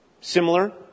similar